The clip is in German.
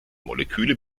moleküle